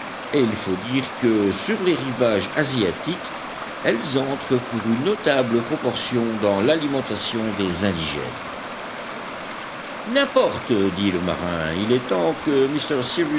et il faut dire que sur les rivages asiatiques elles entrent pour une notable proportion dans l'alimentation des indigènes n'importe dit le marin il est temps que